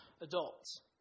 adults